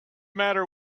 matter